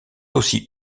aussi